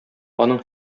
аның